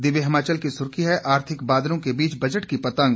दिव्य हिमाचल की सुर्खी है आर्थिक बादलों के बीच बजट की पतंग